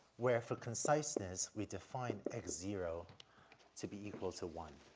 where for conciseness we define x zero to be equal to one,